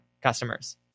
customers